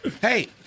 Hey